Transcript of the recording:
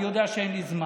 אני יודע שאין לי זמן,